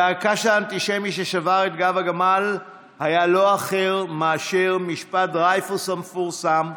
הקש האנטישמי ששבר את גב הגמל היה משפט דרייפוס המפורסם,